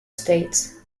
states